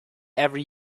every